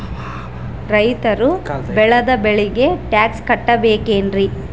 ರೈತರು ಬೆಳೆದ ಬೆಳೆಗೆ ಟ್ಯಾಕ್ಸ್ ಕಟ್ಟಬೇಕೆನ್ರಿ?